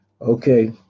Okay